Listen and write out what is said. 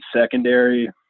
secondary